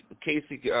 Casey